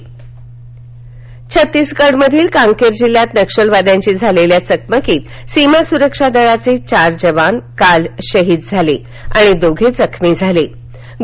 छत्तीसगड छत्तीसगडमधील कांकेर जिल्ह्यात नक्षलवाद्याशी झालेल्या चकमकीत सीमा सुरक्षा दलाचे चार जवान काल शहीद झाले आणि दोन जण जखमी झाले आहेत